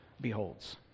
beholds